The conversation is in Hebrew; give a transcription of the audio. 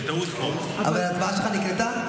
אבל ההצבעה שלך נקלטה?